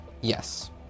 Yes